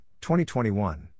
2021